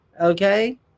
okay